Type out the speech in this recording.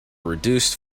reduced